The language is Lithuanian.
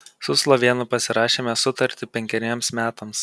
su slovėnu pasirašėme sutartį penkeriems metams